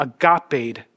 agape